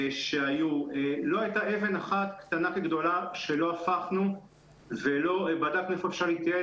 לא הייתה אבן קטנה כגדולה שלא הפכנו ולא בדקנו איפה אפשר להתייעל,